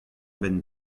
benn